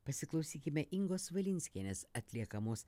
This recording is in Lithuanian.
pasiklausykime ingos valinskienės atliekamos